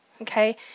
okay